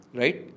right